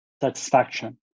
satisfaction